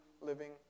living